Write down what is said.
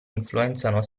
influenzano